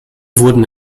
wurden